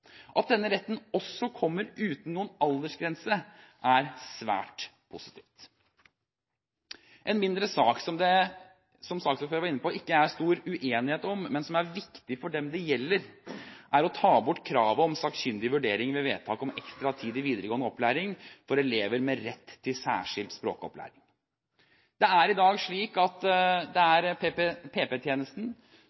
At denne retten også kommer uten noen aldersgrense, er svært positivt. En mindre sak som det ikke er stor uenighet om – som saksordføreren var inne på – men som er viktig for dem det gjelder, er forslaget om å ta bort kravet om sakkyndig vurdering ved vedtak om ekstra tid i videregående opplæring for elever med rett til særskilt språkopplæring. I dag er det slik at